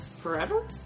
forever